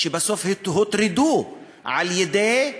שבסוף הוטרדו על-ידי,